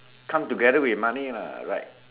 come together with money lah right